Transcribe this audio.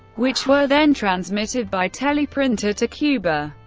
which were then transmitted by teleprinter to cuba.